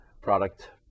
Product